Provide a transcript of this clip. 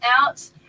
out